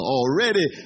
already